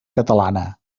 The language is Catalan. catalana